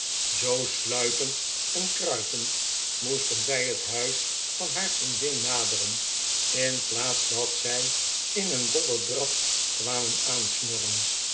zoo sluipend en kruipend moesten zij het huis van haar vriendin naderen in plaats dat zij in een dollen draf kwamen aansnorren